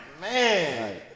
Man